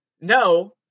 no